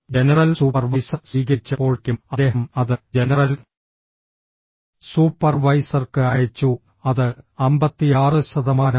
general supervisor സ്വീകരിച്ചപ്പോഴേക്കും അദ്ദേഹം അത് ജനറൽ സൂപ്പർവൈസർക്ക് അയച്ചു അത് 56 ശതമാനമായി